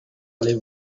allé